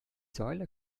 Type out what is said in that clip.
säule